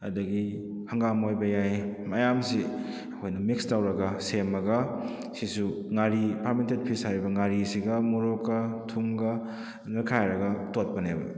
ꯑꯗꯨꯗꯒꯤ ꯍꯪꯒꯥꯝ ꯑꯣꯏꯕ ꯌꯥꯏ ꯃꯌꯥꯝꯁꯤ ꯑꯩꯈꯣꯏꯅ ꯃꯤꯛꯁ ꯇꯧꯔꯒ ꯁꯦꯝꯃꯒ ꯁꯤꯁꯨ ꯉꯥꯔꯤ ꯐꯥꯔꯃꯦꯟꯇꯦꯠ ꯐꯤꯁ ꯍꯥꯏꯔꯤꯕ ꯉꯥꯔꯤꯑꯁꯤꯒ ꯃꯣꯔꯣꯛꯀ ꯊꯨꯝꯒ ꯅꯣꯏꯈꯥꯏꯔꯒ ꯇꯣꯠꯄꯅꯦꯕ